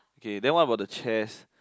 K then what about the chairs